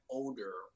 older